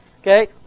Okay